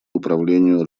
управлению